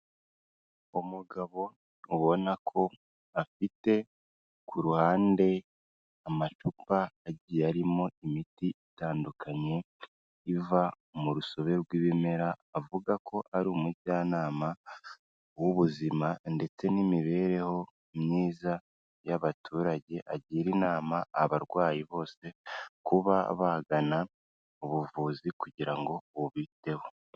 Umugabo ubona ko afite ku ruhande amacupa agiye arimo imiti itandukanye iva mu rusobe rw'ibimera, avuga ko ari umujyanama w'ubuzima ndetse n'imibereho myiza y'abaturage, agira inama abarwayi bose kuba bagana ubuvuzi kugira ngo bubiteho.